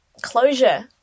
closure